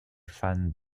fan